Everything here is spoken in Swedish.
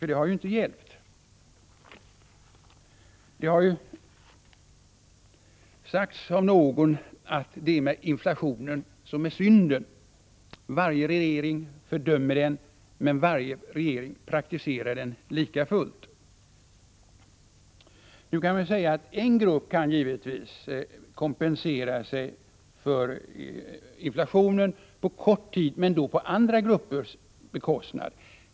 Det har ju inte hjälpt. Det har sagts av någon att det är med inflationen som med synden — varje regering fördömer den, men varje regering praktiserar den likafullt. En grupp kan givetvis kompensera sig för inflationen en kort tid, men det sker då på andra gruppers bekostnad.